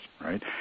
right